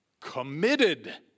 Committed